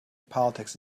politics